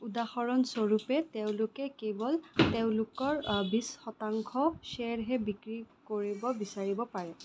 উদাহৰণস্বৰূপে তেওঁলোকে কেৱল তেওঁলোকৰ বিছ শতাংশ শ্বেয়াৰহে বিক্ৰী কৰিব বিচাৰিব পাৰে